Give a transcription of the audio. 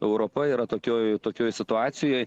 europa yra tokioje tokioje situacijoje